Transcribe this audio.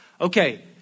Okay